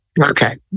Okay